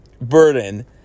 burden